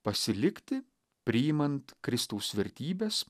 pasilikti priimant kristaus vertybes